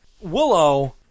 Willow